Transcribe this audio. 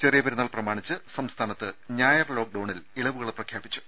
ചെറിയ പെരുന്നാൾ പ്രമാണിച്ച് സംസ്ഥാനത്ത് ഞായർ ലോക്ഡൌണിൽ ഇളവുകൾ പ്രഖ്യാപിച്ചു